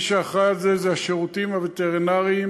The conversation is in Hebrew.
אחראים לזה השירותים הווטרינריים